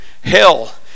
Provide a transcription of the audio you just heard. hell